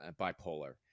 bipolar